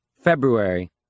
February